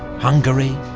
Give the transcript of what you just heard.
hungary,